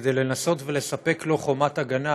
כדי לנסות ולספק לו חומת הגנה,